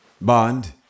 Bond